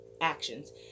actions